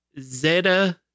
Zeta